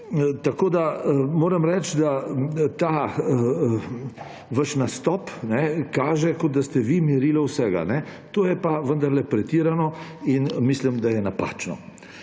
Tako moram reči, da ta vaš nastop kaže, kot da ste vi merilo vsega, to je pa vendarle pretirano in mislim, da je napačno.